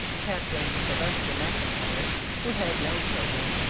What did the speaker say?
captain sylvester mclntire, who had no children,